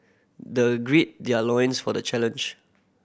the grid their loins for the challenge